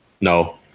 No